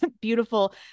beautiful